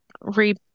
re